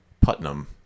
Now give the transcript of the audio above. Putnam